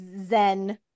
zen